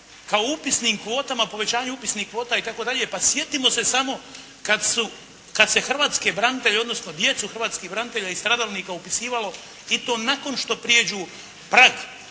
kao upisnim kvotama, povećanje upisnih kvota itd. Pa sjetimo se samo kad se hrvatske branitelje, odnosno djecu hrvatskih branitelja i stradalnika upisivalo i to nakon što prijeđu prag.